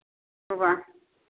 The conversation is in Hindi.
सुबह